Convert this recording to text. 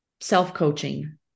self-coaching